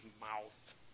mouth